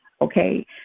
Okay